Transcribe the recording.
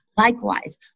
Likewise